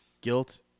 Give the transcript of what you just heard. Guilt